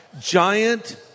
Giant